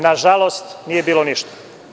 Nažalost, od toga nije bilo ništa.